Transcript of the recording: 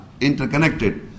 interconnected